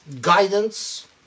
guidance